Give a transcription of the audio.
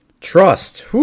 Trust